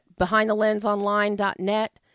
behindthelensonline.net